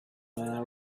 man